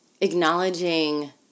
acknowledging